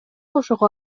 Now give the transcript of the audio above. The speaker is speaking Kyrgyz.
ошого